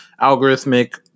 algorithmic